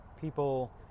people